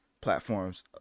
platforms